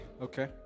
okay